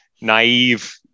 naive